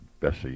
Bessie